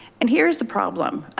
and here's the problem.